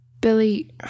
Billy